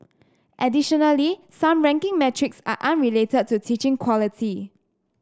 additionally some ranking metrics are unrelated to teaching quality